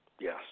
Yes